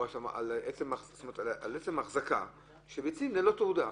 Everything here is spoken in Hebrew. זה על עצם ההחזקה של ביצים ללא תעודה.